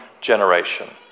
generation